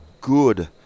good